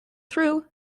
through